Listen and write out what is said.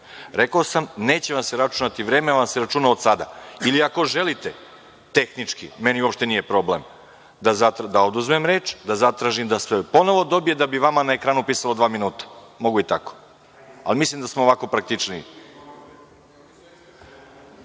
Rekao sam neće vam se računati vreme, vreme vam se računa od sada. Ako želite, tehnički, meni uopšte nije problem, da oduzmem reč, da zatražim da je ponovo dobije, da bi vama na ekranu pisalo dva minuta. Mislim da smo ovako praktičniji.(Boško